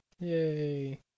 Yay